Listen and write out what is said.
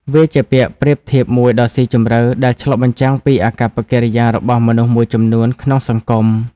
វាជាពាក្យប្រៀបធៀបមួយដ៏ស៊ីជម្រៅ ដែលឆ្លុះបញ្ចាំងពីអាកប្បកិរិយារបស់មនុស្សមួយចំនួនក្នុងសង្គម។